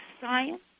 science